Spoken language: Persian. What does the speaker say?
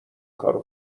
کارو